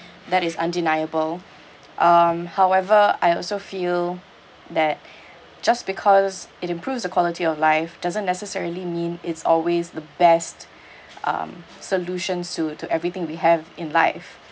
that is undeniable um however I also feel that just because it improves the quality of life doesn't necessarily mean it's always the best um solution suit to everything we have in life